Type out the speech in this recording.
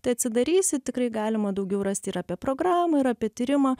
tai atsidarysit tikrai galima daugiau rasti ir apie programą ir apie tyrimą